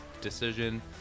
decision